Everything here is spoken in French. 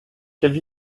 quelle